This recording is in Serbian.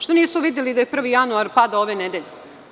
Što nisu videli da je 1. januar pada ove nedelje?